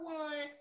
one